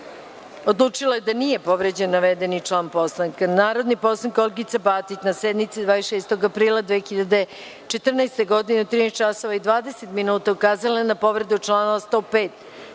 odlučila da nije povređen naveden član Poslovnika. Narodni poslanik Olgica Batić, na sednici 26. aprila 2014. godine, u 13.20 časova, ukazala je na povredu čl. 105,